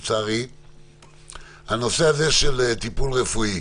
בנושא של טיפול רפואי.